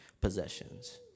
possessions